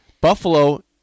Buffalo